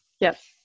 yes